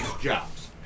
jobs